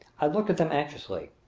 i looked at them anxiously.